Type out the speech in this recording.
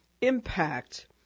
impact